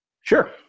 Sure